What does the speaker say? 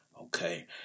okay